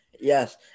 Yes